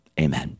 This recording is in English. Amen